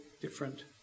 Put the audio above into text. different